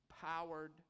powered